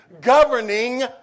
governing